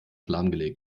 lahmgelegt